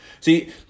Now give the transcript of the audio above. See